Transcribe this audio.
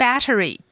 Battery